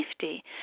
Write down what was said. safety